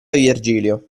virgilio